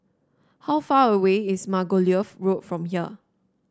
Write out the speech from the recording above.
how far away is Margoliouth Road from here